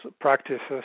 practices